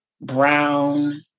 brown